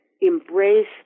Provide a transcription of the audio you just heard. embrace